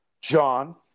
John